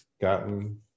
gotten